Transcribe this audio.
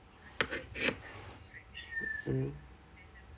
mm